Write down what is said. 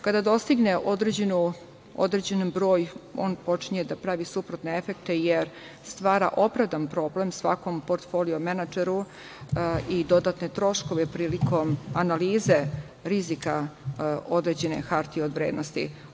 Kada dostigne određen broj, on počinje da pravi suprotne efetke, jer stvara opravdan problem svakom portfoliju menadžeru i dodatne troškove prilikom analize rizika određene hartije od vrednosti.